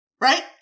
right